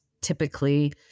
typically